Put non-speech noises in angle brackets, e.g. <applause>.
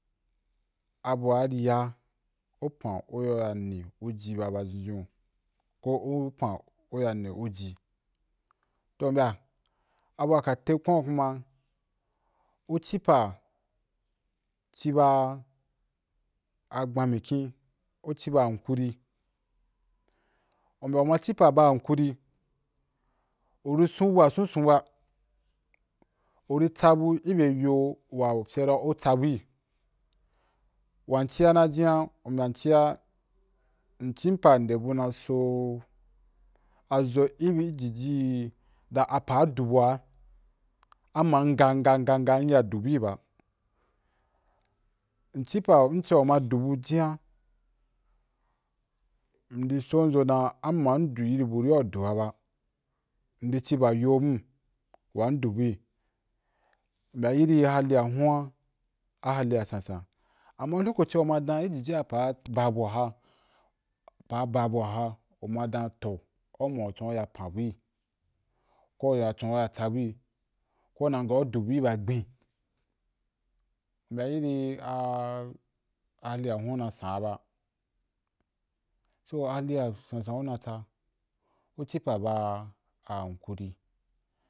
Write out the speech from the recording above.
Abua ri ya u pan u ya nii u jii baa baʒhenʒhe’u ko u pa u ji. <unintelligible> Yo mbyaa a’bu a tei kwayo kuma u ci pa’ <unintelligible> gban mikyin, u ci pa’ ci ba kahuri, u mbyaa u ma ci ba hakuri, voi sun’u bua sunsun ba, u ri tsabu, ki bye yo’ wa cia u tsabui, wa cia numa juna m cin pa’ nde bu na so ʒo i jiji apa’ du bua am ma ngangag m ya du bui ba, m cī pa’ au mma du bu jinna, ndi son’ z’o dan du ma m du buwari au duō ba, ndi ciba yo bun wa’a nn du buì. U mbyaa yiri hali ahun’a a hali wa sansan ama lokaci waa u ma da pa’ ba bua, ba bua, u ma dan to au ma u chon u ya pun bua, ko u na nga u chou u tsa bui, ko u na nga u du bui ba gben’i, to mbyaa iri hali ahun’a na san’a ba, so’u a hali wasasan u na tsa’ u ci pa’ ba hakuri.